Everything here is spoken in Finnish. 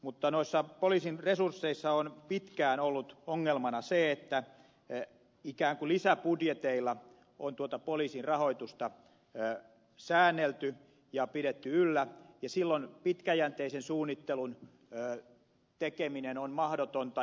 mutta poliisin resursseissa on pitkään ollut ongelmana se että ikään kuin lisäbudjeteilla on poliisin rahoitusta säännelty ja pidetty yllä ja silloin pitkäjänteisen suunnittelun tekeminen on mahdotonta